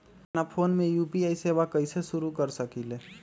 अपना फ़ोन मे यू.पी.आई सेवा कईसे शुरू कर सकीले?